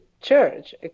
church